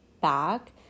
back